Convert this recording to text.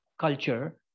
culture